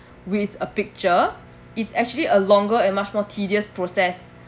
with a picture it's actually a longer and much more tedious process